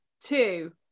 two